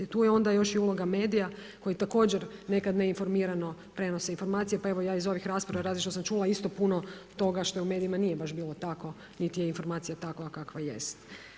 Tu je još i uloga medija, koji također, nekada ne informirano prenose informacije, pa evo, ja iz ovih rasprava, različitih što sam čula, isto puno toga, što u medijima nije baš bilo takvo, niti je informacija takva kakva jest.